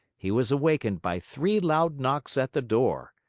he was awakened by three loud knocks at the door.